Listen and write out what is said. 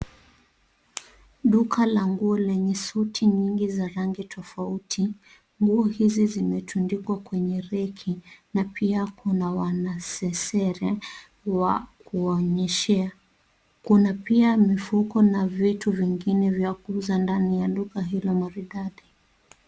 Duka la nguo lenye suti nyingi za rangi tofauti. Nguo hizi zimetundikwa kwenye reki na pia kuna wanasesere wa kuwaonyeshea. Kuna pia mifuko na vitu vingine vya kuuza ndani ya duka hilo maridadi.